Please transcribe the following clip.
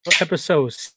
episode